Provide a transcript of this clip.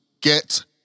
Get